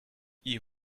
you